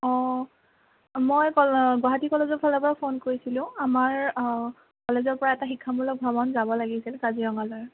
অঁ মই গুৱাহাটী কলেজৰ ফালৰ পৰা ফোন কৰিছিলোঁ আমাৰ কলেজৰ পৰা এটা শিক্ষামূলক ভ্ৰমণ যাব লাগিছিল কাজিৰঙালৈ